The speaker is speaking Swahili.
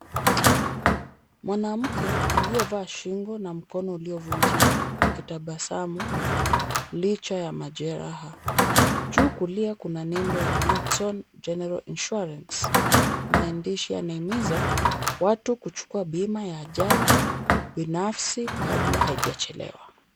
Mwanamke, aliyevaa shingo na mkono uliovuujika, akitambua sami, licha ya majeraha, juu kulia kuna nembo ya maternal general insurance, maandishi ya yanaimiza, watu kuchukua bima ya ajali, binafsi kabla haijachelewa.